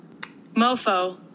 Mofo